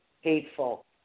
hateful